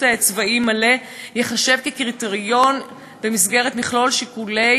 צבאי מלא ייחשב קריטריון במסגרת מכלול שיקולי